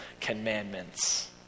commandments